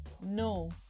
No